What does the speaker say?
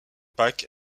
pack